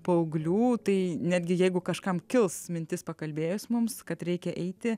paauglių tai netgi jeigu kažkam kils mintis pakalbėjus mums kad reikia eiti